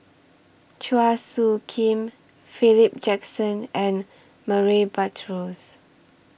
Chua Soo Khim Philip Jackson and Murray Buttrose